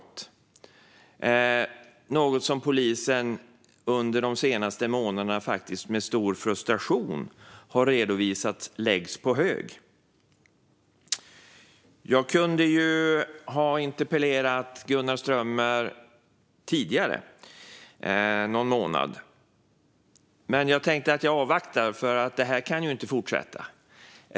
Just dessa utredningar är något som polisen under de senaste månaderna med stor frustration har kunnat redovisa läggs på hög. Jag kunde ha interpellerat Gunnar Strömmer någon månad tidigare. Men jag tänkte att jag skulle avvakta, för så här kan det ju inte fortsätta.